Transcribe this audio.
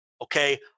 Okay